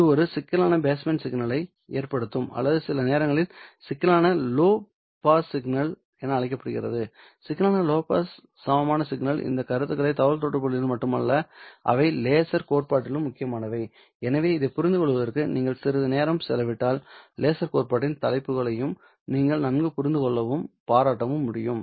இது ஒரு சிக்கலான பேஸ் பேண்ட் சிக்னலை ஏற்படுத்தும் அல்லது சில நேரங்களில் சிக்கலான லோ பாஸ் சிக்னல் என அழைக்கப்படுகிறது சிக்கலான லோ பாஸ் சமமான சிக்னல் இந்த கருத்துக்கள் தகவல்தொடர்புகளில் மட்டுமல்ல அவை லேசர் கோட்பாட்டிலும் முக்கியமானவை எனவே இதைப் புரிந்துகொள்வதற்கு நீங்கள் சிறிது நேரம் செலவிட்டால் லேசர் கோட்பாட்டின் தலைப்புகளையும் நீங்கள் நன்கு புரிந்து கொள்ளவும் பாராட்டவும் முடியும்